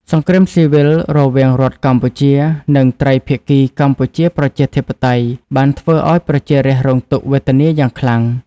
សង្គ្រាមស៊ីវិលរវាងរដ្ឋកម្ពុជា និងត្រីភាគីកម្ពុជាប្រជាធិបតេយ្យ បានធ្វើឱ្យប្រជារាស្ត្ររងទុក្ខវេទនាយ៉ាងខ្លាំង។